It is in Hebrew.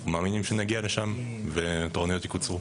אנחנו מאמינים שנגיע לשם והתורנויות יקוצרו.